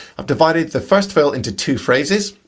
i've divided the first fill into two phrases.